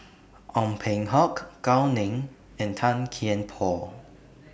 Ong Peng Hock Gao Ning and Tan Kian Por